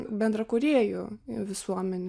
bendrą kūrėjų visuomenę